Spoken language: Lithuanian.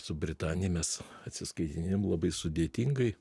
su britanija mes atsiskaitinėjam labai sudėtingai